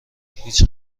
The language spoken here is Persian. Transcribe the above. هیچ